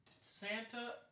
Santa